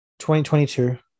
2022